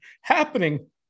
happening